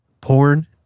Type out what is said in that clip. porn